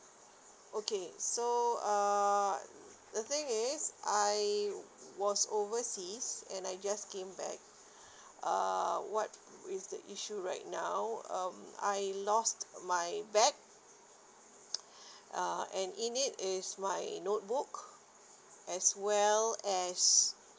okay so uh the thing is I was overseas and I just came back uh what with the issue right now um I lost my bag uh and in it is my note book as well as